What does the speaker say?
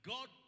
God